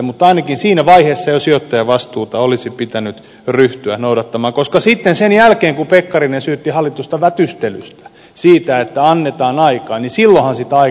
mutta ainakin siinä vaiheessa jo sijoittajavastuuta olisi pitänyt ryhtyä noudattamaan koska sitten sen jälkeen kun pekkarinen syytti hallitusta vätystelystä siitä että annetaan aikaa silloinhan sitä aikaa ostettiin